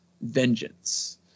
vengeance